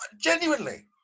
genuinely